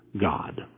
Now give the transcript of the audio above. God